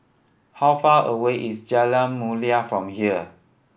how far away is Jalan Mulia from here